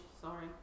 sorry